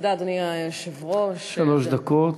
שלוש דקות.